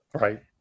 Right